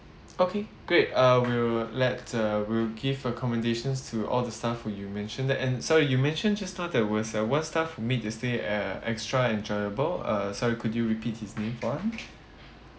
okay great uh we'll let uh we'll give accommodations to all the staff who you mentioned that and so you mentioned just now there were several staff who made the stay uh extra enjoyable uh sorry could you repeat his name once